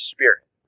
Spirit